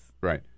right